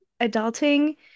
Adulting